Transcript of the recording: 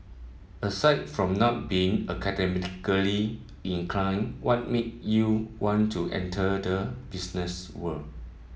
aside from not being academically inclined what made you want to enter the business world